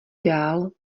dál